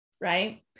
right